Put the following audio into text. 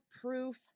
proof